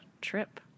trip